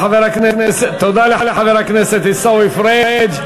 תודה לחבר הכנסת עיסאווי פריג'.